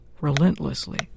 relentlessly